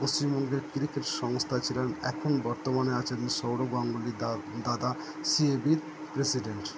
পশ্চিমবঙ্গের ক্রিকেট সংস্থা ছিলেন এখন বর্তমানে আছে সৌরভ গাঙ্গুলি দা দাদা সিএবির প্রেসিডেন্ট